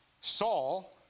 Saul